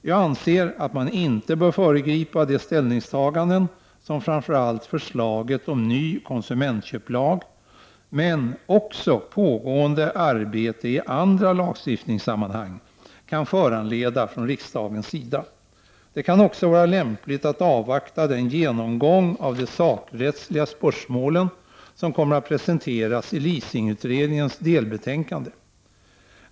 Jag anser att man inte bör föregripa de ställningstaganden som framför allt förslaget om ny konsumentköplag men också pågående arbete i andra lagstiftningssammanhang kan föranleda från riksdagens sida. Det kan också vara lämpligt att avvakta den genomgång av de sakrättsliga spörsmålen som kommer att presenteras i leasingutredningens delbetänkande.